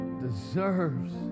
deserves